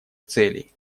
целей